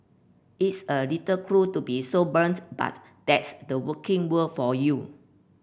it's a little cruel to be so blunt but that's the working world for you